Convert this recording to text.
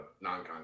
non-con